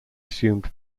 assumed